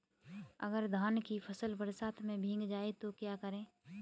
अगर धान की फसल बरसात में भीग जाए तो क्या करें?